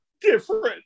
different